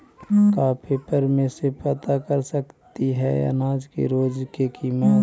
का पेपर में से पता कर सकती है अनाज के रोज के किमत?